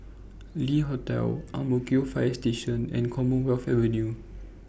Le Hotel Ang Mo Kio Fire Station and Commonwealth Avenue